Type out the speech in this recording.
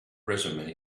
resume